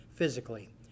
physically